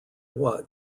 what